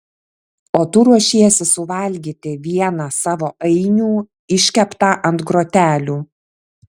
o tu ruošiesi suvalgyti vieną savo ainių iškeptą ant grotelių